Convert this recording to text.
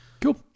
Cool